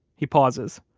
he pauses.